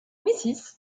mrs